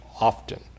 often